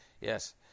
Yes